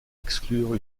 exclure